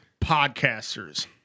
Podcasters